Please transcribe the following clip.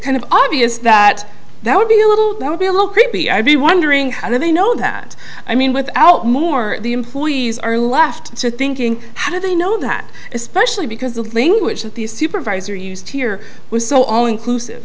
kind of obvious that that would be a little that would be a little creepy i'd be wondering how do they know that i mean without more the employees are left to thinking how do they know that especially because the language that the supervisor used here was so all inclusive